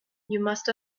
must